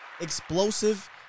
explosive